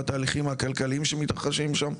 והתהליכים הכלכליים שמתרחשים שם.